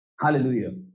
Hallelujah